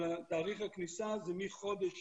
אבל תאריך הכניסה זה מחודש